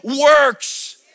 works